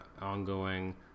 ongoing